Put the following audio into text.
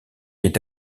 est